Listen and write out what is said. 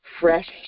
fresh